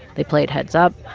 they played heads up,